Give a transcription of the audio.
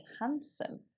handsome